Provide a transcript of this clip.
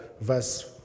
verse